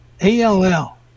A-L-L